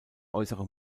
äußere